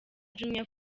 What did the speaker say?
jumia